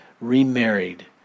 remarried